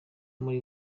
muri